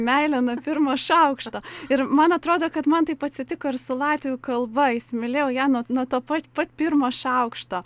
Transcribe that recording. meilė nuo pirmo šaukšto ir man atrodo kad man taip atsitiko ir su latvių kalba įsimylėjau ją nuo nuo to pat pat pirmo šaukšto